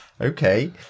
Okay